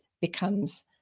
becomes